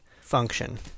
function